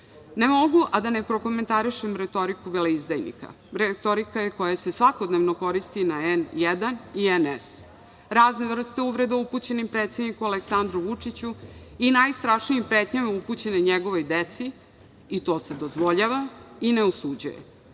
mogu, a da ne prokomentarišem retoriku veleizdajnika, retorike koja se svakodnevno koristi na N1 i NS, razne vrste uvreda upućene predsedniku Aleksandru Vučiću i najstrašnijim pretnjama upućenim njegovoj deci, i to se dozvoljava i ne osuđuje,